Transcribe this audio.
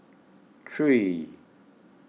three